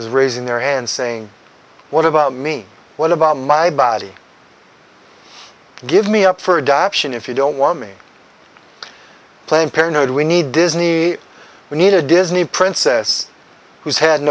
is raising their hand saying what about me what about my body give me up for adoption if you don't want me planned parenthood we need disney we need a disney princess who's had an